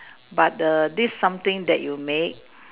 but the this something that you make